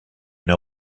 know